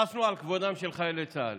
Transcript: חסנו על כבודם של חיילי צה"ל,